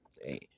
hey